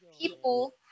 people